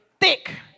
thick